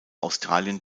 australien